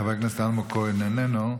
חבר הכנסת אלמוג כהן, איננו.